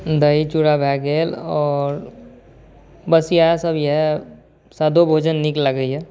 दही चूड़ा भऽ गेल आओर बस इएहसब अइ सादो भोजन नीक लागैए